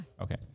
Okay